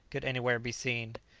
could anywhere be seen.